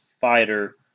fighter